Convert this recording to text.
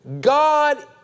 God